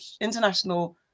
International